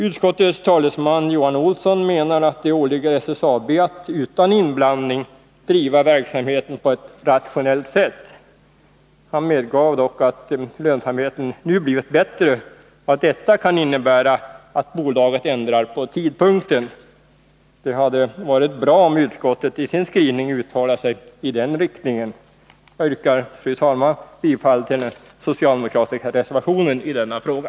Utskottets talesman Johan Olsson menar att det åligger SSAB att utan inblandning driva verksamheten på ett rationellt sätt. Han medgav dock att lönsamheten nu blivit bättre och att det kan innebära att bolaget ändrar på tidpunkten. Det hade varit bra, om utskottet i sin skrivning uttalat sig i den riktningen. Jag yrkar, fru talman, bifall till den socialdemokratiska reservationen i denna fråga.